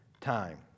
time